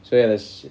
so ya is